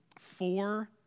four